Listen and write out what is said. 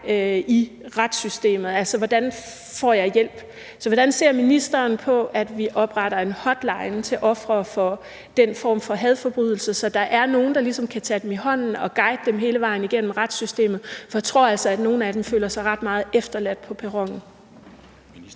i retssystemet, altså i forhold til hvordan man får hjælp. Så hvordan ser ministeren på, at vi opretter en hotline til ofre for den form for hadforbrydelse, så der er nogen, der ligesom kan tage dem i hånden og guide dem hele vejen igennem retssystemet? For jeg tror altså, at nogle af dem føler sig meget efterladt på perronen.